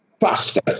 faster